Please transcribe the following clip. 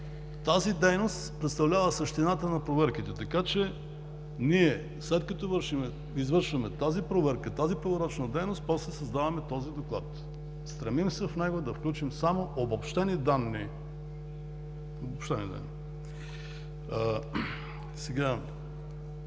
Тази дейност представлява същината на проверките. Така че ние, след като извършваме тази проверка, тази проверочна дейност, после създаваме този доклад. Стремим се в него да включим само обобщени данни. Има ли нужда